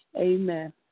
Amen